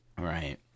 Right